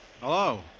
Hello